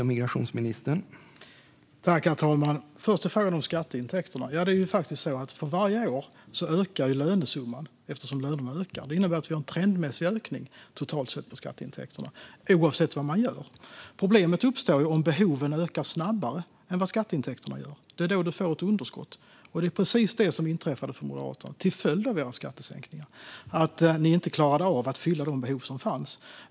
Herr talman! När det först gäller frågan om skatteintäkterna är det så att lönesumman ökar för varje år eftersom lönerna ökar. Detta innebär att vi totalt sett har en trendmässig ökning av skatteintäkterna, oavsett vad man gör. Problemet uppstår om behoven ökar snabbare än skatteintäkterna - det är då vi får ett underskott. Det var precis detta som inträffade för Moderaterna, till följd av era skattesänkningar: Ni klarade inte av att fylla de behov som fanns.